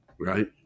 right